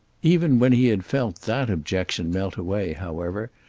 even when he had felt that objection melt away, however,